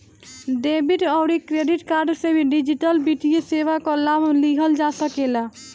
debit अउरी credit card से भी डिजिटल वित्तीय सेवा कअ लाभ लिहल जा सकेला